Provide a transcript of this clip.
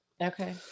Okay